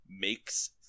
makes